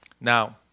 Now